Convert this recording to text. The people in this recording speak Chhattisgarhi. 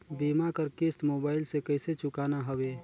बीमा कर किस्त मोबाइल से कइसे चुकाना हवे